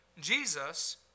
Jesus